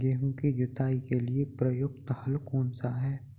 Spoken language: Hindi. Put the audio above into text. गेहूँ की जुताई के लिए प्रयुक्त हल कौनसा है?